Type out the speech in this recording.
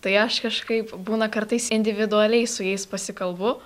tai aš kažkaip būna kartais individualiai su jais pasikalbu